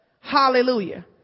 Hallelujah